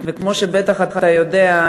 כמו שבטח אתה יודע,